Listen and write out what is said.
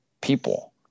people